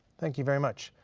thank you very much.